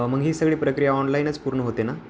मग ही सगळी प्रक्रिया ऑनलाईनच पूर्ण होते ना